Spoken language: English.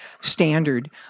standard